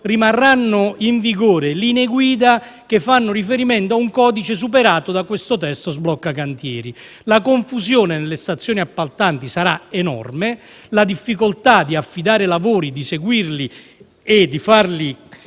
rimarranno in vigore linee guida che fanno riferimento a un codice superato dal provvedimento in esame. La confusione nelle stazioni appaltanti sarà enorme e la difficoltà di affidare lavori, seguirli e farli